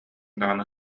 даҕаны